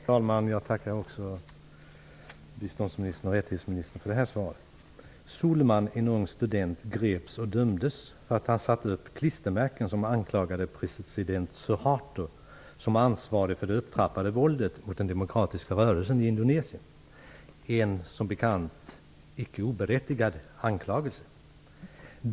Herr talman! Jag tackar biståndsministern och tillika ministern för mänskliga rättigheter också för detta svar. Suleiman, en ung student, greps och dömdes för att han satt upp klistermärken som anklagade president Suharto som ansvarig för det upptrappade våldet mot den demokratiska rörelsen i Indonesien -- en som bekant icke oberättigad anklagelse.